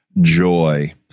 joy